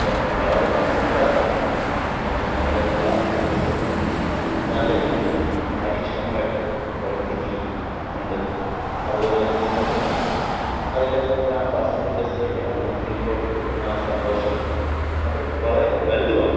ഒക്കെ വളരെ നല്ലതാണ് അതോണ്ട് നമ്മുടെ പാസഞ്ചർ ബെസ് നല്ല രീതീൽ കാര്യക്ഷമമായിട്ട് പ്രവർത്തിക്കുന്നുണ്ട് അത്പോലെ തന്നെ നമുക്ക് അതിൽ ആ പാസഞ്ചർ ബസ്സിൽ യാത്ര ചെയ്യുമ്പോൾ കിട്ടുന്ന ആ സന്തോഷം അത് വളരെ വലുതുമാണ്